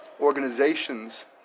organizations